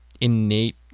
innate